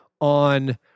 on